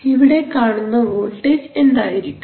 ഇവിടെ കാണുന്ന വോൾട്ടേജ് എന്തായിരിക്കും